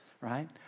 right